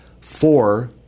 four